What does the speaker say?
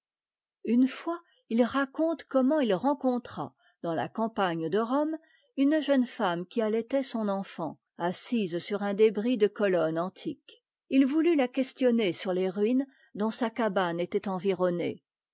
une fois il raconte comment il rencontra dans la campagne de rome une jeune femme qui allaitait son enfant assise sur un débris de colonne antique il voulut la questionner sur es ruines dont sa cabane était environnée